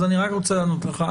אני רק רוצה לענות לך.